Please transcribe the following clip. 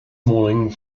morning